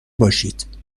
باشید